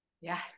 Yes